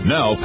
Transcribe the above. Now